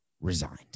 resigned